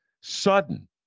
sudden